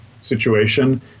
situation